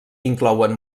inclouen